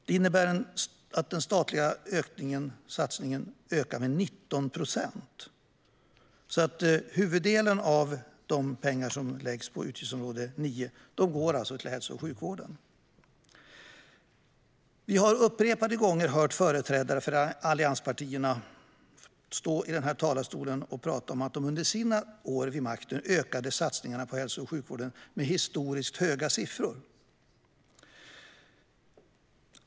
Det innebär en ökad statlig satsning med 19 procent. Så huvuddelen av årets satsning på utgiftsområde 9 går till hälso och sjukvården. Vi har upprepade gånger hört företrädare för allianspartierna från den här talarstolen påpeka att de under sina år vid makten ökade satsningarna på hälso och sjukvården med historiskt höga siffror.